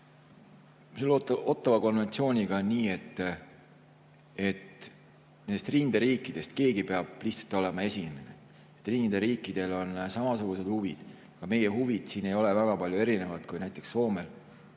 Selle Ottawa konventsiooniga on nii, et nendest rinderiikidest keegi peab lihtsalt olema esimene. Rinderiikidel on samasugused huvid. Ka meie huvid siin ei erine väga palju näiteks Soome,